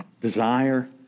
desire